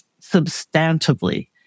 substantively